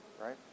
right